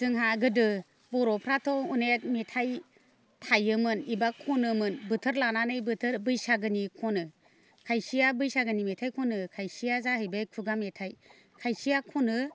जोंहा गोदो बर'फ्राथ' अनेख मेथाइ थायोमोन एबा खनोमोन बोथोर लानानै बोथोर बैसागोनि खनो खायसेया बैसागोनि मेथाइ खनो खायसेया जाहैबाय खुगा मेथाइ खायसेया खनो